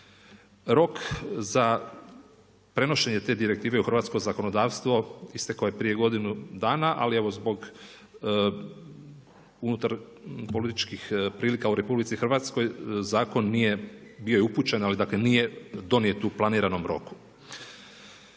Rok za prenošenje te direktive u hrvatsko zakonodavstvo isteklo je prije godinu dana, ali evo zbog unutar političkih prilika u RH zakon nije, bio je upućen, ali nije donijet u planiranom roku.